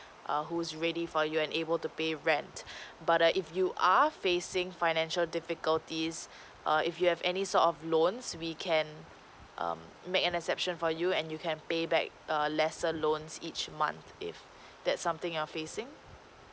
err who is ready for you and able to pay rent but err if you are facing financial difficulties err if you have any sort of loans we can um make an exception for you and you can pay back err lesser loans each month if that's something you're facing